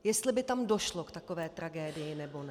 Jestli by tam došlo k takové tragédii, nebo ne.